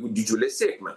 didžiulę sėkmę